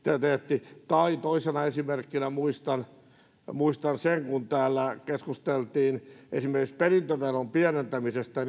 realiteetti tai toisena esimerkkinä muistan muistan sen kun täällä keskusteltiin perintöveron pienentämisestä